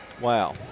Wow